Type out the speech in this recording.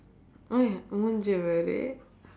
!oi! மூஞ்சே பாரு:muunjsee paaru